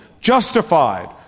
justified